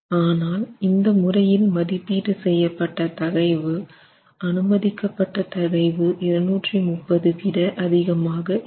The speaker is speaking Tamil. ஆனால் இந்த முறையில் மதிப்பீடு செய்யப்பட்ட தகைவு அனுமதிக்கப்பட்ட தகைவு 230 MPa விட அதிகமாக இருக்கும்